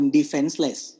Defenseless